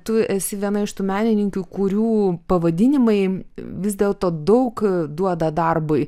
tu esi viena iš tų menininkių kurių pavadinimai vis dėlto daug duoda darbui